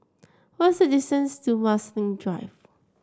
what is the distance to Marsiling Drive